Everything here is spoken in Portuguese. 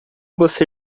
você